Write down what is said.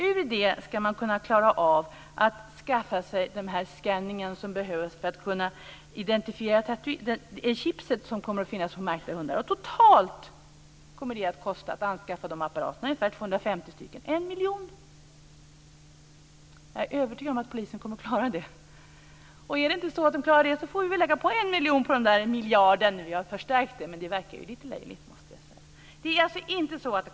Ur detta ska man klara av att skaffa sig den scanner som behövs för att kunna identifiera chipet som kommer att finnas på märkta hundar. Totalt kommer det att kosta ca 1 miljon för att anskaffa 250 apparater. Jag är övertygad om att polisen kommer att klara den kostnaden. Klarar inte polisen detta får vi väl lägga på 1 miljon till miljarden, men det verkar lite löjligt. Det kostar inte pengar.